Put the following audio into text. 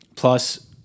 Plus